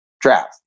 draft